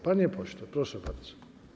Panie pośle, proszę bardzo.